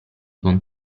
con